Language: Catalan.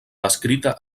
descrita